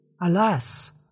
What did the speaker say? Alas